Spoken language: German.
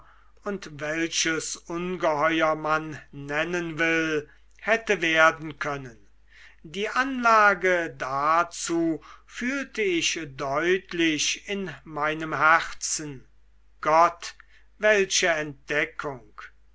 und welches ungeheuer man nennen will hätte werden können die anlage dazu fühlte ich deutlich in meinem herzen gott welche entdeckung